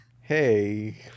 Hey